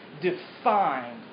defined